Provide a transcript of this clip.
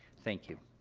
thank you.